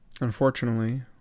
unfortunately